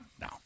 No